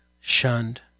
shunned